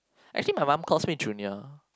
I think my mum calls me Trunia